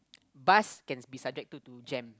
bus can be subjected to jam